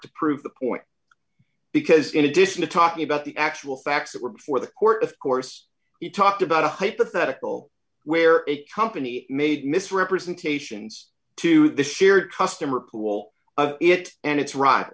to prove the point because in addition to talking about the actual facts that were before the court of course you talked about a hypothetical where a company made misrepresentations to the shared customer pool it and it's right